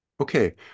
okay